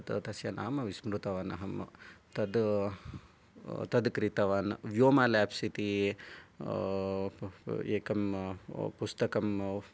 तत् तस्य नाम विस्मृतवान् अहम् तद् तद् क्रीतवान् व्योम लेब्स् इति एकं पुस्तकम्